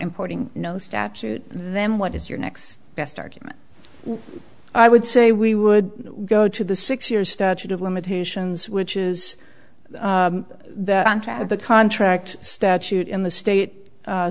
importing no statute then what is your next best argument i would say we would go to the six year statute of limitations which is that on track of the contract statute in the state